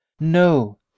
no